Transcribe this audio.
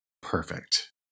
perfect